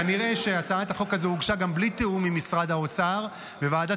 כנראה שהצעת החוק הזאת הוגשה גם בלי תיאום עם משרד האוצר וועדת